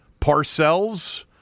Parcells